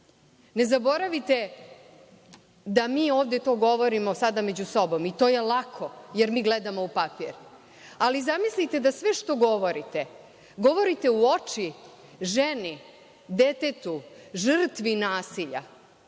ne zaboravite da mi ovde to govorimo sada međusobom i to je lako, jer mi gledamo u papir, ali zamislite da sve što govorite, govorite u oči ženi, detetu, žrtvi nasilja.